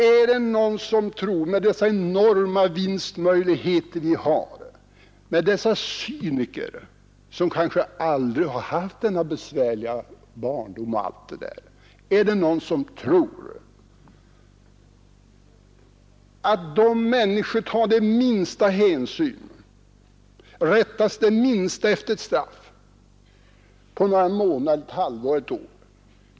Är det någon som tror — med tanke på de enorma vinstmöjligheterna dessa cyniker har, cyniker som kanske aldrig haft någon besvärlig barndom — att de tar den ringaste hänsyn eller det minsta rättar sig efter ett straff på några månader, ett halvår eller ett år?